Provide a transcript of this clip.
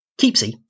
Keepsy